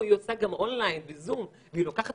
היא עושה גם און-ליין וזום והיא לוקחת